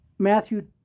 Matthew